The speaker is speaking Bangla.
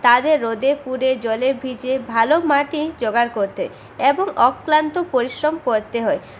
তাদের রোদে পুড়ে জলে ভিজে ভালো মাটি জোগাড় করতে হয় এবং অক্লান্ত পরিশ্রম করতে হয়